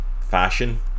fashion